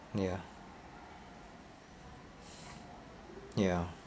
ya ya